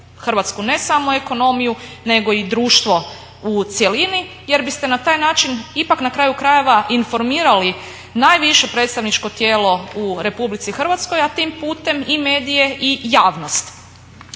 hrvatsku ne samo ekonomiju nego i društvo u cjelini, jer biste na taj način ipak na kraju krajeva informirali najviše predstavničko tijelo u Republici Hrvatskoj, a tim putem i medije i javnost.